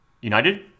United